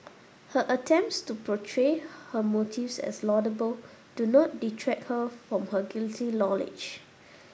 her attempts to portray her motives as laudable do not detract her from her guilty knowledge